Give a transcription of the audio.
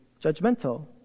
judgmental